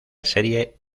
serie